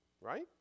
Right